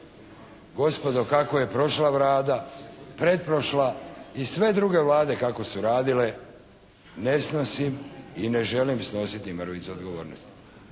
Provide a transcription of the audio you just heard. Gospodo kako je prošla Vlada, pretprošla i sve druge Vlade kako su radile, ne snosim i ne želim snositi mrvicu odgovornosti.